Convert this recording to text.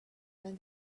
when